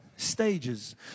stages